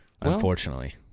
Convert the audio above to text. Unfortunately